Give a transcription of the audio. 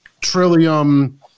Trillium